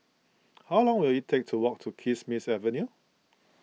how long will it take to walk to Kismis Avenue